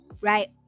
right